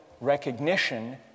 recognition